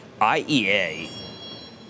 IEA